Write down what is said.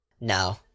no